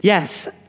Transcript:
Yes